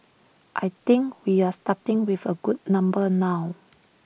I think we are starting with A good number now